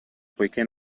poichè